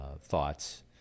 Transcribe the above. thoughts